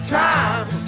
time